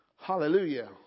Hallelujah